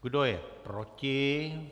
Kdo je proti?